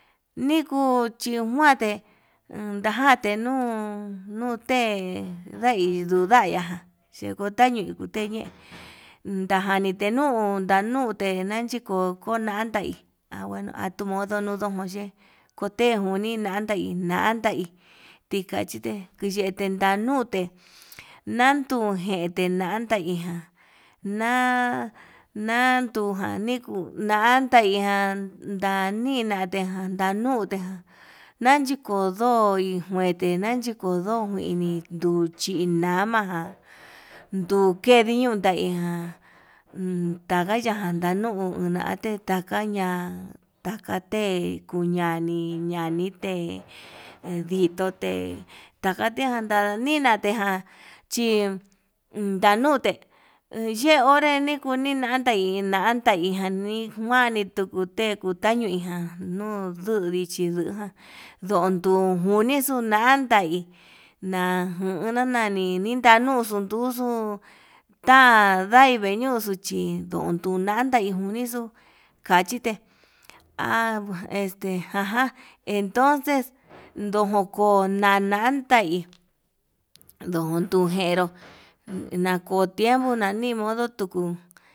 Nii kuu xhionate umm ndajate nuu nute nudai naján, xhekutañuu kuxheñe ndajanite nuu ndanute nai chiko konantai anduga tumodo nuduu yee, kute njuni nantai nantai chikachite kunete ndandute nanduu jete nantai nán, na na juna nikuu nantai ján na nandina ten ján janute ján nachiko ndoi njute nanyiko ndo'o jo ini nduchi nama jan, ndukeni ñiu jaijan tanga ya'á ndanuu nunate taya ña'a takate kuñani ñandite ndikote takate yanda nin, yejan chi ndanute yee onre nikuni nandai nantai njuani yukuu té, kutañuijan nuu nduu ndichi nuján nduu njunixuu ndandai najuna nani najuna nani ninanuxu unduxu tai veeñuxu, chinun ndantai nunixu kachite ha este jaja entonces ndojojo nanan tai ndojon tujenró nako timepo nani modo.